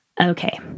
Okay